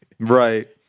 right